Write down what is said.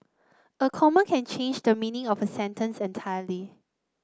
a comma can change the meaning of a sentence entirely